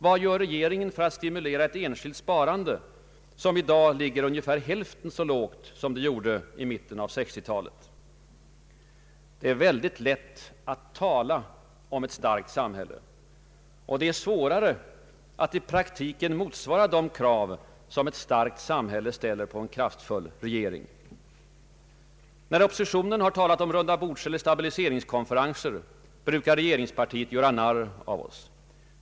Vad gör regeringen för att stimulera ett enskilt sparande, som i dag ligger ungefär hälften så högt som under 1960-talet? Det är väldigt lätt att tala om ett starkt samhälle. Men det är svårare att i praktiken motsvara de krav som ett starkt samhälle ställer på en kraftfull regering. När oppositionen talar om rundabordseller stabiliseringskonferenser, brukar regeringspartiet göra narr av oss.